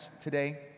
today